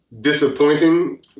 disappointing